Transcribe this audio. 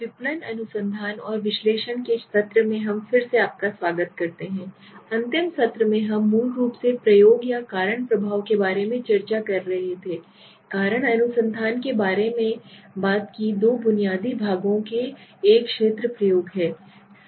विपणन अनुसंधान और विश्लेषण के सत्र में हम फिर से आपका स्वागत करते हैं अंतिम सत्र में हम मूल रूप से प्रयोग या कारण प्रभाव के बारे में चर्चा कर रहे थे कारण अनुसंधान के बारे में बात की दो बुनियादी भागों एक क्षेत्र प्रयोग है